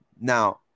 now